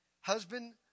Husband